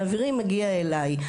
זה מגיע אליי.